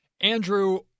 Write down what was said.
Andrew